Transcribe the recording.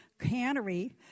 cannery